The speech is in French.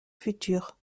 future